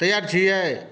तैआर छियै